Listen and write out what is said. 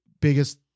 biggest